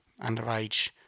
underage